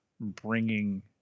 bringing